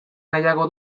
nahiago